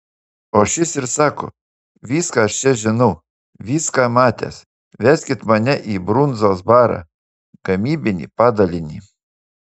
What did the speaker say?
o šis ir sako viską aš čia žinau viską matęs veskit mane į brundzos barą gamybinį padalinį